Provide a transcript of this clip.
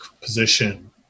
position